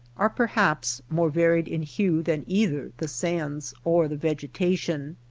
are perhaps more varied in hue than either the sands or the vegetation,